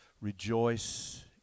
rejoice